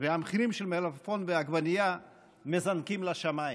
המחירים של המלפפון והעגבנייה מזנקים לשמיים,